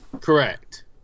correct